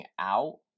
out